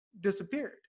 disappeared